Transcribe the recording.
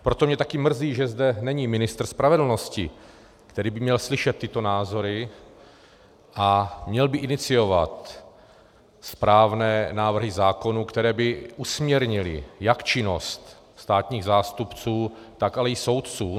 Proto mě taky mrzí, že zde není ministr spravedlnosti, který by měl slyšet tyto názory a měl by iniciovat správné návrhy zákonů, které by usměrnily jak činnost státních zástupců, tak ale i soudců.